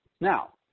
Now